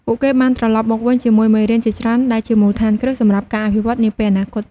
ពួកគេបានត្រឡប់មកវិញជាមួយមេរៀនជាច្រើនដែលជាមូលដ្ឋានគ្រឹះសម្រាប់ការអភិវឌ្ឍនាពេលអនាគត។